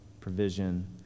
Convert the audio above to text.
provision